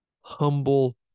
Humble